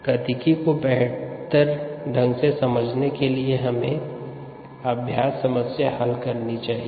गतिकी को बेहतर ढंग से समझने के लिए अभ्यास समस्या हल करनी चाहिए